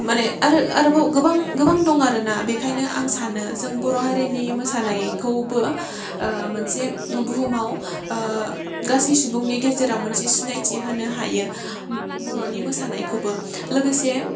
मानि आरो आरोबाव गोबां गोबां दङ आरोना बेखायनो आं सानो जों बर' हारिनि मोसानायखौबो मोनसे बुहुमाव गासै सुबुंनि गेजेराव मोनसे सिनायथि होनो हायो बर'नि मोसानायखौबो लोगोसे